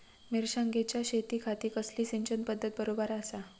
मिर्षागेंच्या शेतीखाती कसली सिंचन पध्दत बरोबर आसा?